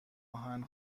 آهن